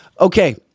Okay